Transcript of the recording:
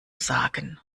sagen